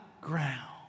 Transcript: ground